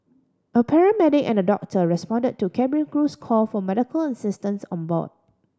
a paramedic and a doctor respond to cabin crew's call for medical assistance on board